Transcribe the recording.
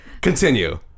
Continue